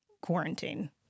quarantine